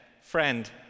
Friend